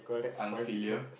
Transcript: unfilial